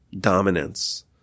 dominance